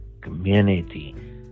community